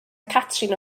catrin